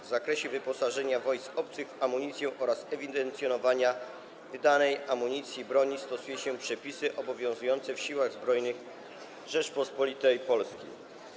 W zakresie wyposażania wojsk obcych w amunicję oraz ewidencjonowania wydanej amunicji i broni stosuje się przepisy obowiązujące w Siłach Zbrojnych Rzeczypospolitej Polskiej.